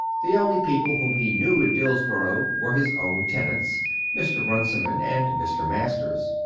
the only people whom he knew in dillsborough were his own tenants, mr. runciman and mr. masters,